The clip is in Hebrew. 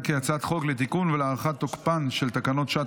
חוק לתיקון ולהארכת תוקפן של תקנות שעת